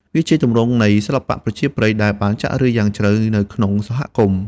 វាជាទម្រង់នៃសិល្បៈប្រជាប្រិយដែលបានចាក់ឫសយ៉ាងជ្រៅនៅក្នុងសហគមន៍។